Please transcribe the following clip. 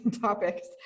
topics